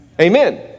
Amen